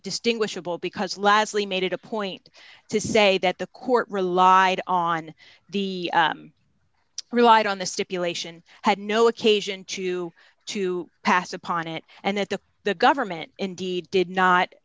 distinguishable because leslie made it a point to say that the court relied on the relied on the stipulation had no occasion to to pass upon it and that the the government indeed did not